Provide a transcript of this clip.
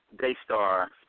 Daystar